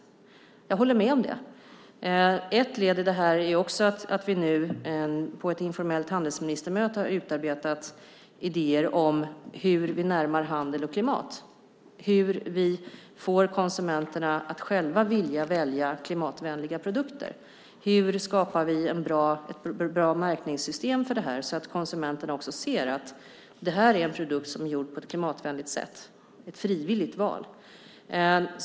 Jag håller med om det. Ett led i det här är att vi nu på ett informellt handelsministermöte har utarbetat idéer om hur vi närmar handel och klimat och hur vi får konsumenterna att själva vilja välja klimatvänliga produkter. Hur skapar vi ett bra märkningssystem för det här så att konsumenterna också ser att det är en produkt som är gjord på ett klimatvänligt sätt så att de kan göra ett frivilligt val?